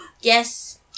Yes